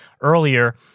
earlier